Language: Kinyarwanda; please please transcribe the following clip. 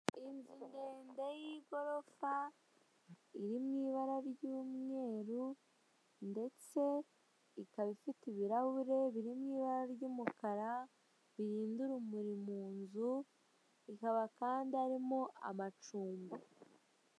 Inzu ndende y'igorofa iri mu ibara ry'umweru ndetse ikaba ifite ibirahure biri mu ibara ry'umukara birinda urumuri mu nzu ikaba kandi harimo amacumbi.